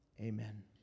Amen